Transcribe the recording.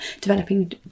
developing